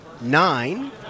nine